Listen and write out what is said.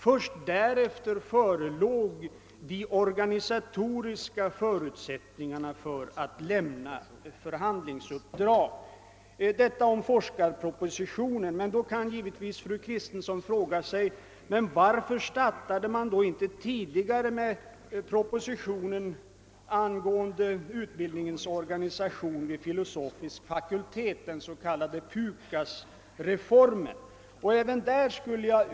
Först därefter förelåg de organisatoriska förutsättningarna för att lämna förhandlingsuppdrag. Detta om forskarpropositionen. Då kan givetvis fru Kristensson fråga: Varför startade man då inte tidigare med propositionen angående utbildningsorganisationen vid filosofisk fakultet, den s.k. PUKAS-reformen?